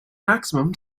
maximum